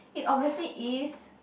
it obviously is